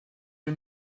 you